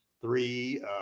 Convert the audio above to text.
three